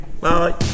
Bye